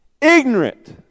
ignorant